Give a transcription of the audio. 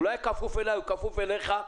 אולי הוא כפוף אליי או כפוף אליך?